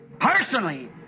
Personally